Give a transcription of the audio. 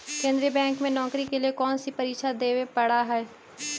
केन्द्रीय बैंक में नौकरी के लिए कौन सी परीक्षा देवे पड़ा हई